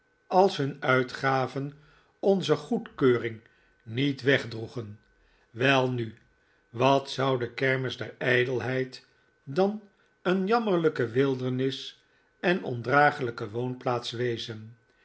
als hun uitgaven onze goedkeuring niet wegdroegen welnu wat zou de kermis der ijdelheid dan een jammerlijke wildernis en ondragelijke woonplaats wezen